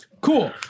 Cool